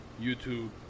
YouTube